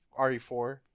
RE4